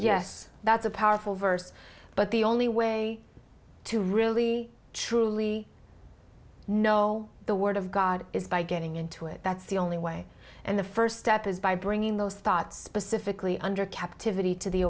yes that's a powerful verse but the only way to really truly no the word of god is by getting into it that's the only way and the first step is by bringing those thoughts specifically under captivity to the